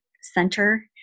Center